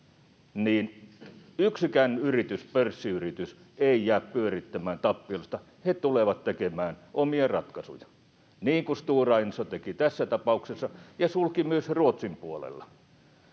niin yksikään yritys, pörssiyritys, ei jää pyörittämään tappiollista. He tulevat tekemään omia ratkaisujaan, niin kuin Stora Enso teki tässä tapauksessa ja sulki myös Ruotsin puolella.